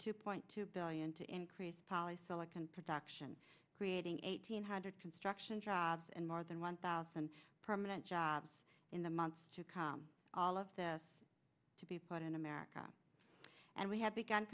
two point two billion to increase polysilicon production creating eighteen hundred construction jobs and more than one thousand permanent jobs in the months to come all of this to be put in america and we ha